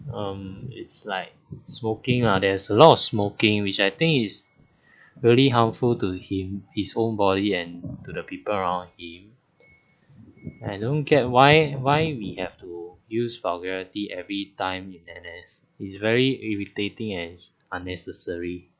um it's like smoking lah there's a lot of smoking which I think it's really harmful to him his own body and to the people around him I don't get why why we have to use vulgarity every time you it's very irritating and it's unnecessary